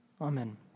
Amen